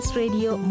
radio